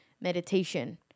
meditation